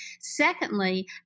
Secondly